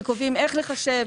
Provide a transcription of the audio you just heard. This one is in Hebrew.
שקובעים איך לחשב,